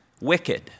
wicked